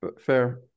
Fair